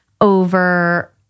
over